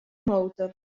motor